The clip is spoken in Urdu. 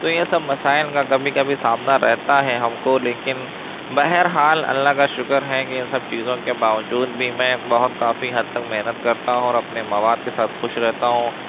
تو یہ سب مسائل کا کبھی کبھی سامنا رہتا ہے ہم کو لیکن بہرحال اللہ کا شکر ہے کہ یہ سب چیزوں کے باوجود بھی میں بہت کافی حد تک محنت کرتا ہوں اور اپنے مواد کے ساتھ خوش رہتا ہوں